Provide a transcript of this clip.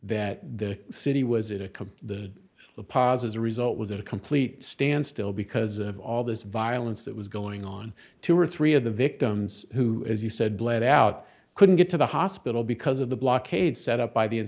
that the city was it a the pass a result was a complete standstill because of all this violence that was going on two or three of the victims who as you said bled out couldn't get to the hospital because of the blockade set up by the